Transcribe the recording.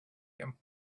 him